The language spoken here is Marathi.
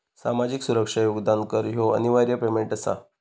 सामाजिक सुरक्षा योगदान कर ह्यो अनिवार्य पेमेंट आसा